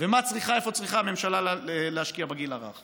ואיפה צריכה הממשלה להשקיע בגיל הרך.